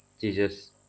Jesus